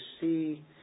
see